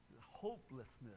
hopelessness